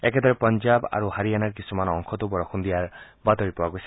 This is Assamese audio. একেদৰে পঞ্জাৱ আৰু হাৰিয়ানাৰ কিছুমান অংশতো বৰষূণ দিয়াৰ বাতৰি পোৱা গৈছে